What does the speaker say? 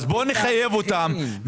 אז בוא נחייב אותם,